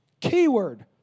Keyword